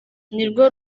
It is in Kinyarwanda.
nirwo